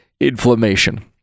inflammation